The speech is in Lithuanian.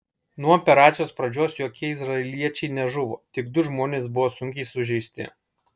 nuo operacijos pradžios jokie izraeliečiai nežuvo tik du žmonės buvo sunkiai sužeisti